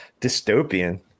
dystopian